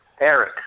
Eric